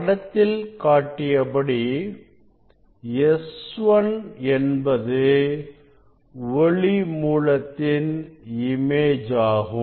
படத்தில் காட்டியபடி S1 என்பது ஒளி மூலத்தின் இமேஜ் ஆகும்